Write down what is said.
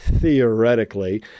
theoretically